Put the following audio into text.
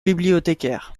bibliothécaire